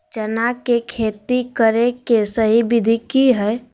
चना के खेती करे के सही विधि की हय?